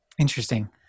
Interesting